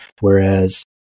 Whereas